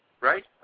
Right